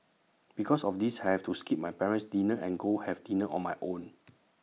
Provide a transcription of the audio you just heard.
because of this I have to skip my parent's dinner and go have dinner on my own